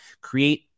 create